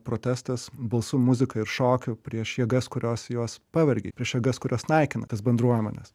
protestas balsu muzika ir šokiu prieš jėgas kurios juos pavergė prieš jėgas kurios naikina tas bendruomenes